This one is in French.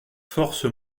force